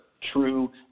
True